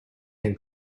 can